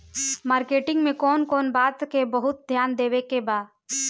Marketing मे कौन कौन बात के बहुत ध्यान देवे के बा?